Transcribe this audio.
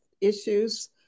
issues